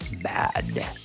bad